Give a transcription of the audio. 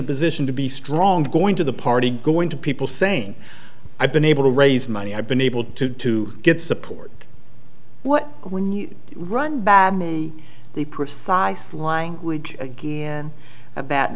a position to be strong going to the party going to people saying i've been able to raise money i've been able to to get support what when you run back the precise language again about